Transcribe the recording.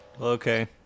Okay